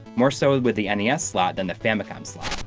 moreso with with the nes slot than the famicom slot.